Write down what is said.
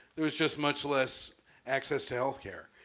there was just much less access to health care.